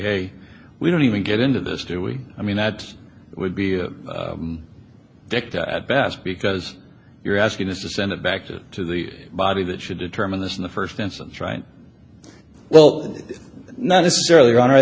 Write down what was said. i we don't even get into this do we i mean that would be direct at best because you're asking us to send it back to the body that should determine this in the first instance right well not necessarily on